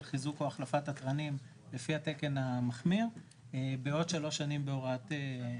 חיזוק או החלפת התרנים לפי התקן המחמיר בעוד שלוש שנים בהוראת שעה.